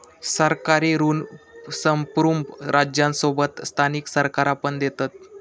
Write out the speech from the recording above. सरकारी ऋण संप्रुभ राज्यांसोबत स्थानिक सरकारा पण देतत